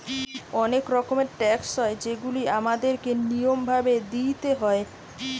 অনেক রকমের ট্যাক্স হয় যেগুলা আমাদের কে নিয়ম ভাবে দিইতে হয়